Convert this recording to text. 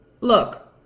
look